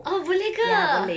oh boleh ke